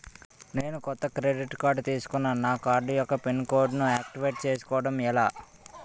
నేను కొత్తగా credit card తిస్కున్నా నా కార్డ్ యెక్క పిన్ కోడ్ ను ఆక్టివేట్ చేసుకోవటం ఎలా?